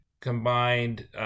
combined